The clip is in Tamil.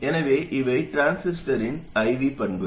எனவே இவை டிரான்சிஸ்டரின் I V பண்புகள்